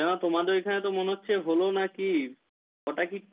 কেন তোমাদের ওইখানে তো মনে হচ্ছে হলো না কি কটা কী